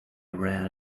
rare